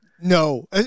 no